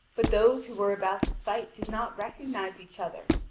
but those who were about to fight did not recognise each other,